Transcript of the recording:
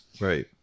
Right